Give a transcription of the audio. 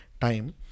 time